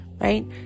right